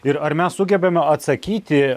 ir ar mes sugebame atsakyti